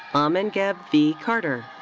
um amen-geb v. carter.